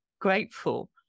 grateful